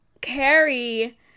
Carrie